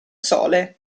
sole